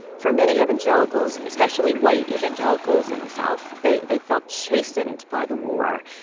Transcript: for many evangelicals. especially white evangelicals in the south they they felt chastened by the war.